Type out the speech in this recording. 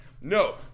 No